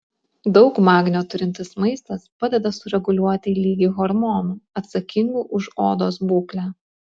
daug magnio turintis maistas padeda sureguliuoti lygį hormonų atsakingų už odos būklę